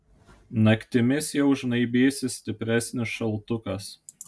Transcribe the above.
naktimis jau žnaibysis stipresnis šaltukas